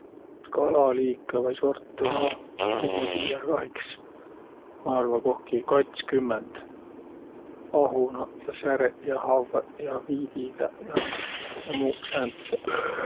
Kalaliikõ vai -sortõ, noh, noid ma tiiä ka iks ma arva, kohki katskümmend: ahunaq ja säreq ja viidigäq ja, ja muuq sääntseq.